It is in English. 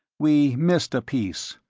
we missed a piece.